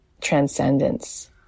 transcendence